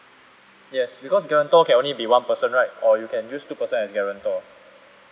yes because guarantor can only be one person right or you can use two person as guarantor